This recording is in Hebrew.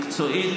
מקצועית,